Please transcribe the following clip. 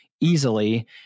easily